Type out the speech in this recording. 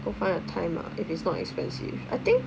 go find a time ah if it is not expensive I think